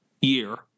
year